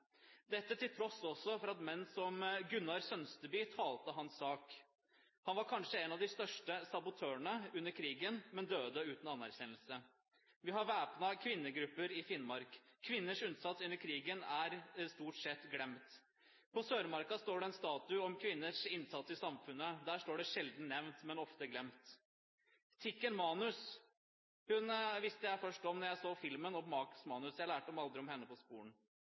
dette til tross for at menn som Gunnar Sønsteby talte hans sak. Han var kanskje en av de største sabotørene under krigen, men døde uten anerkjennelse. Vi hadde væpnede kvinnegrupper i Finnmark. Kvinners innsats under krigen er stort sett glemt. På Sørmarka står det en statue til minne om kvinners innsats i samfunnet. På den står det «sjelden nevnt, ofte glemt». Tikken Manus visste jeg først om da jeg så filmen om Max Manus. Jeg lærte aldri om henne på